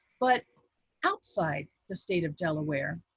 but outside the state of delaware.